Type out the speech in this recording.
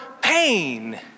pain